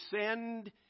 send